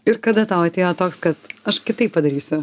ir kada tau atėjo toks kad aš kitaip padarysiu